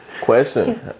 Question